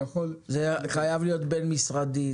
זה חייב להיות בין-משרדי,